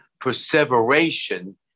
perseveration